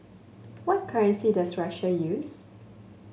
what currency does Russia use